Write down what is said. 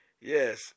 yes